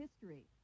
history